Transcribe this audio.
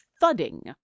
thudding